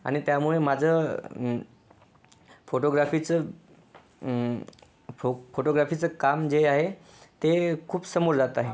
आणि त्यामुळे माझं फोटोग्राफीचं फोटोग्राफीचं काम जे आहे ते खूप समोर जात आहे